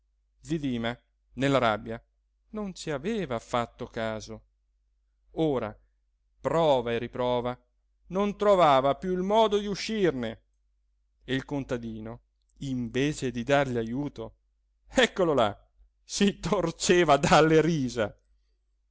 zi dima nella rabbia non ci aveva fatto caso ora prova e riprova non trovava più il modo di uscirne e il contadino invece di dargli ajuto eccolo là si torceva dalle risa